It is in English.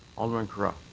alderman carra.